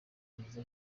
nziza